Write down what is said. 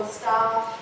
staff